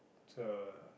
so